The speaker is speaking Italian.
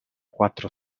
quattro